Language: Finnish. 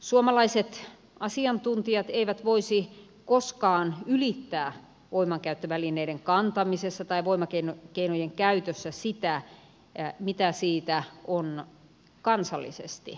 suomalaiset asiantuntijat eivät voisi koskaan ylittää voimankäyttövälineiden kantamisessa tai voimakeinojen käytössä sitä mitä siitä on kansallisesti säädetty